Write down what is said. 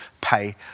pay